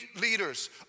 leaders